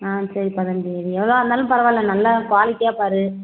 ஆ சரிப்பா தம்பி இது எவ்ளோவாக இருந்தாலும் பரவாயில்லை நல்லா குவாலிட்டியாக பார்